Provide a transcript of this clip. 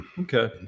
okay